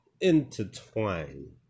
intertwine